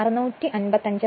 അതിനാൽ n 655